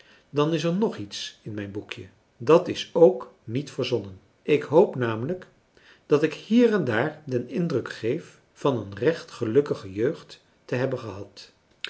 dan is er ng iets in mijn boekje dat is ook niet verzonnen ik hoop namelijk dat ik hier en daar den indruk geef van een recht gelukkige jeugd te hebben gehad